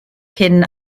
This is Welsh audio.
cyn